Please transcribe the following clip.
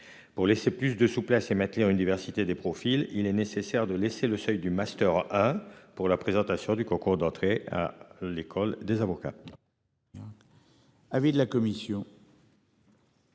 Pour laisser plus de souplesse et maintenir une diversité des profils. Il est nécessaire de laisser le seuil du master. Pour la présentation du concours d'entrée à l'école des avocats.